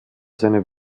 seine